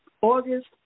August